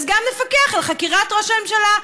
אז גם לפקח על חקירת ראש הממשלה.